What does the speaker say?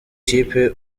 kipe